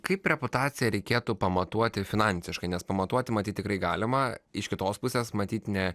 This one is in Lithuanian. kaip reputaciją reikėtų pamatuoti finansiškai nes pamatuoti matyt tikrai galima iš kitos pusės matyt ne